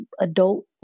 adult